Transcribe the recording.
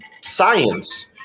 science